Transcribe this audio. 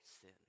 sin